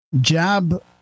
Jab